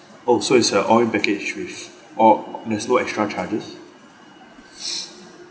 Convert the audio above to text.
oh so it's a all in package with oh there's no extra charges